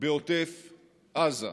בעוטף עזה.